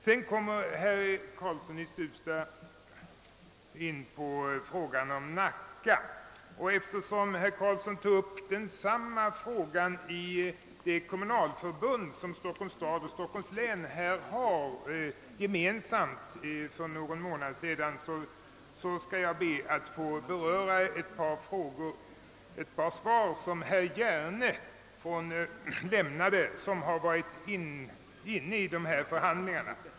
Herr Karlsson i Huddinge tar upp frågan om Nacka, och eftersom han för någon månad sedan tog upp samma spörsmål i kommunalförbundet för Stockholms stads och läns regionala frågor skall jag be att få vidarebefordra några svar från herr Hjerne, som har deltagit i dessa förhandlingar.